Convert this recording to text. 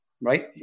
right